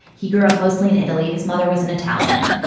he grew up mostly in italy. his mother was an italian.